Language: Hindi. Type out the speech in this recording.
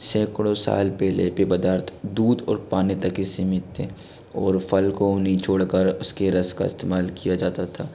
सैकड़ों साल पहले पे पदार्थ दूध और पानी तक ही सीमित थे और फल को निचोड़ कर उसके रस का इस्तेमाल किया जाता था